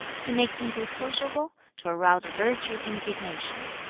to make people sociable, to arouse virtuous indignation.